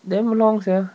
damn long sia